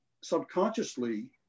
subconsciously